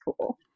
cool